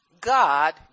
God